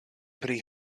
pri